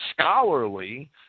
scholarly